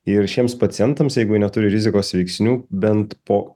ir šiems pacientams jeigu neturi rizikos veiksnių bent po